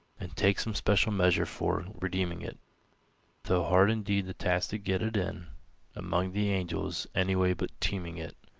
and take some special measure for redeeming it though hard indeed the task to get it in among the angels any way but teaming it,